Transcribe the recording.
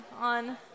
on